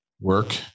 work